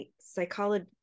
psychology